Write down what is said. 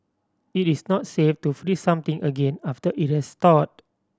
it is not safe to freeze something again after it has thawed